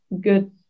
good